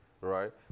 right